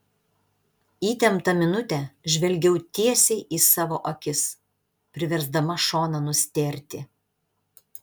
įtemptą minutę žvelgiau tiesiai į savo akis priversdama šoną nustėrti